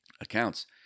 accounts